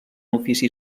ofici